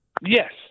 Yes